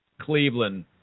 Cleveland